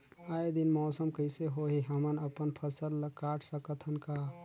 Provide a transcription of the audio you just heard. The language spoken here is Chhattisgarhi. आय दिन मौसम कइसे होही, हमन अपन फसल ल काट सकत हन का?